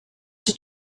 did